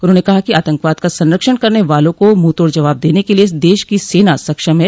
उन्होंने कहा कि आतंकवाद का संरक्षण करने वालों को मुंहतोड़ जवाब देने के लिये देश की सेना सक्षम है